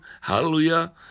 Hallelujah